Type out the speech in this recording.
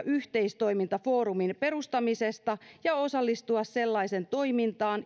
yhteistoimintafoorumin perustamisesta ja osallistua sellaisen toimintaan